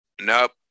Nope